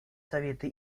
советы